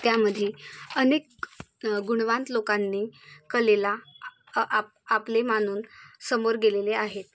त्यामध्ये अनेक गुणवान लोकांनी कलेला आप आपले मानून समोर गेलेले आहेत